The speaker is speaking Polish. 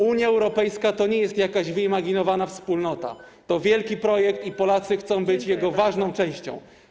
Unia Europejska to nie jest jakaś wyimaginowana wspólnota, to wielki projekt i Polacy chcą być jego ważną częścią.